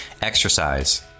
Exercise